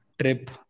trip